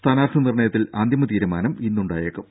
സ്ഥാനാർത്ഥി നിർണയത്തിൽ അന്തിമ തീരുമാനം ഇന്നുണ്ടായേക്കും